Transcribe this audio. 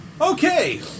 Okay